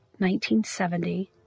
1970